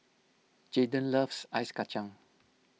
Jaden loves Ice Kachang